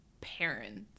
parents